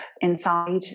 inside